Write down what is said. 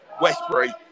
Westbury